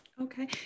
Okay